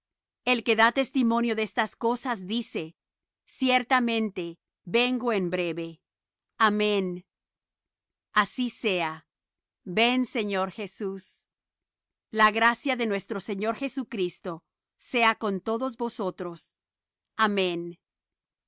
el que da testimonio de estas cosas dice ciertamente vengo en breve amén sea así ven señor jesús la gracia de nuestro señor jesucristo sea con todos vosotros amén